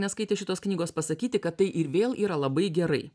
neskaitė šitos knygos pasakyti kad tai ir vėl yra labai gerai